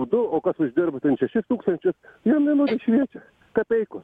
būdu o kas uždirba ten šešis tūkstančius jiem vienodai šviečia kapeikos